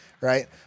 right